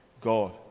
God